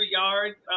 yards